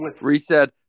Reset